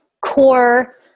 core